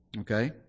Okay